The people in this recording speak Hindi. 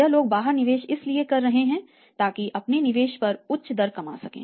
यह लोग बाहर निवेश इसलिए कर रहे हैं ताकि अपने निवेश पर उच्च दर कमा सकें